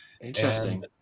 Interesting